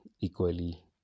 equally